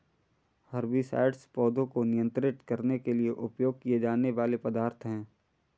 herbicides पौधों को नियंत्रित करने के लिए उपयोग किए जाने वाले पदार्थ हैं